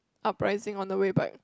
Uprising on the way but